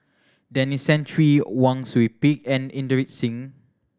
Denis Santry Wang Sui Pick and Inderjit Singh